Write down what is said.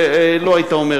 אם אתה היית מציג את האי-אמון,